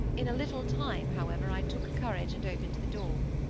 in a little time, however, i took courage, and opened the door.